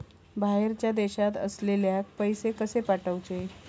बाहेरच्या देशात असलेल्याक पैसे कसे पाठवचे?